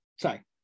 sorry